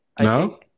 No